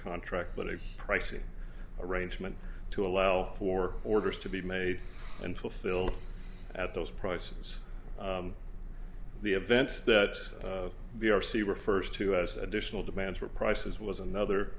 contract but a pricey arrangement to allow for orders to be made and fulfilled at those prices the events that the r c refers to as additional demands for prices was another